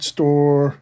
Store